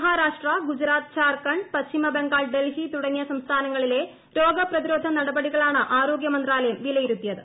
മഹാരാഷ്ട്ര ഗുജറാത്ത് ജാർഖണ്ഡ് പശ്ചിമ ബംഗാൾ ഡൽഹി തുടങ്ങിയ സംസ്ഥാനങ്ങളിലെ രോഗ പ്രതിരോധ നടപടികളാണ് ആരോഗൃ മന്ത്രാലയം വിലയിരുത്തിയത്